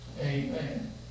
Amen